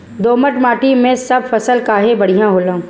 दोमट माटी मै सब फसल काहे बढ़िया होला?